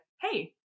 Hey